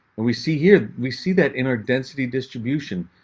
and we see here, we see that in our density distribution,